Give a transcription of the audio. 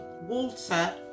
Walter